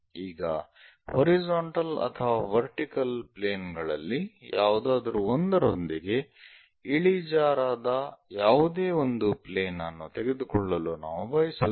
ಈಗ ಹಾರಿಜಾಂಟಲ್ ಅಥವಾ vertical plane ಗಳಲ್ಲಿ ಯಾವುದಾದರೂ ಒಂದರೊಂದಿಗೆ ಇಳಿಜಾರಾದ ಯಾವುದೇ ಒಂದು ಪ್ಲೇನ್ ಅನ್ನು ತೆಗೆದುಕೊಳ್ಳಲು ನಾವು ಬಯಸುತ್ತೇವೆ